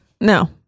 No